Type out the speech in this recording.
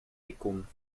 nikon